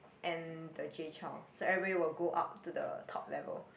and the Jay-Chouso everybody will go up to the top level